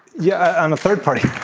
yeah i'm a third party